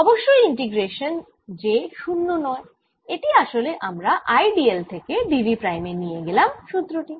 অবশ্যই integration j শুন্য নয় এটি আসলে আমরা I d l থেকে d v প্রাইম এ নিয়ে গেলাম সুত্র টি